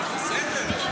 --- בסדר.